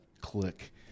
click